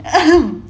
mmhmm